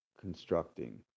constructing